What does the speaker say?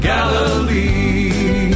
Galilee